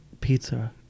pizza